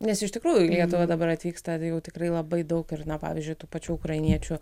nes iš tikrųjų į lietuvą dabar atvyksta jau tikrai labai daug ir na pavyzdžiui tų pačių ukrainiečių